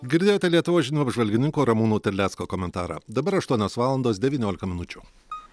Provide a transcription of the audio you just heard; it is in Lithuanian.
girdėjote lietuvos žinių apžvalgininko ramūno terlecko komentarą dabar aštuonios valandos devyniolika minučių